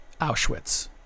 Auschwitz